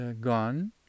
gone